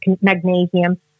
magnesium